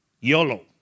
YOLO